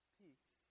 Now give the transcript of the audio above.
peace